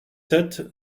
sept